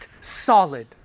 solid